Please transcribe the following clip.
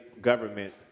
government